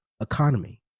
economy